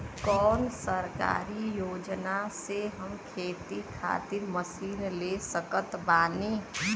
कौन सरकारी योजना से हम खेती खातिर मशीन ले सकत बानी?